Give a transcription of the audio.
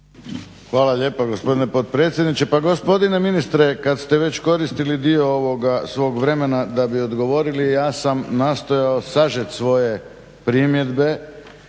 Hvala lijepa gospodine potpredsjedniče. Pa, gospodine ministre kad ste već koristili dio ovoga svoga vremena da bi odgovorili, ja sam nastojao sažet svoje primjedbe,